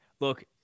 Look